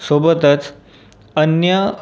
सोबतच अन्य